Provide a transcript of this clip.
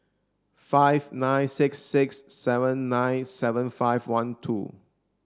five nine six six seven nine seven five one two